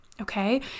okay